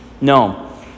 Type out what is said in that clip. No